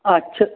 আচ্ছা